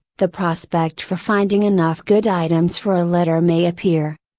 the prospect for finding enough good items for a letter may appear.